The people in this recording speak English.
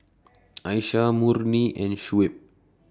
Aisyah Murni and Shuib